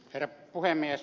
herra puhemies